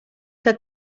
que